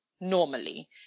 normally